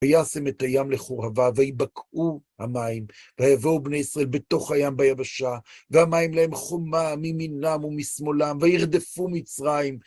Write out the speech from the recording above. וישם את הים לחורבה, וייבקעו המים, ויביאו בני ישראל בתוך הים ביבשה, והמים להם חומה מימינם ומשמאלם, וירדפו מצרים.